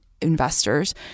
investors